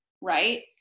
right